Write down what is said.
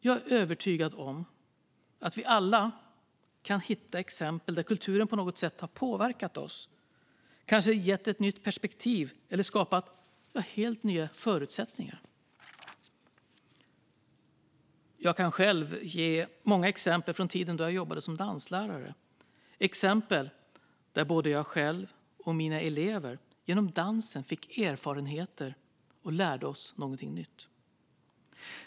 Jag är övertygad om att vi alla kan hitta exempel där kulturen på något sätt har påverkat oss, kanske gett ett nytt perspektiv eller skapat helt nya förutsättningar. Jag kan själv ge många exempel från tiden då jag jobbade som danslärare, exempel där både jag själv och mina elever genom dansen fick erfarenheter och lärde oss något nytt.